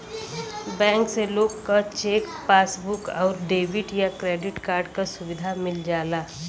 bank से लोग क चेक, पासबुक आउर डेबिट या क्रेडिट कार्ड क सुविधा मिल जाला